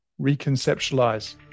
reconceptualize